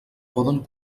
poden